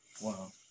Wow